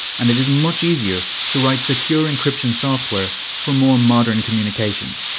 and it is much easier to write secure encryption software for more modern communications,